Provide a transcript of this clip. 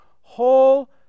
whole